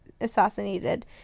assassinated